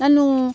ನಾನು